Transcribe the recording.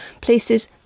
places